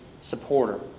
supporter